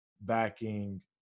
backing